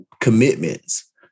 commitments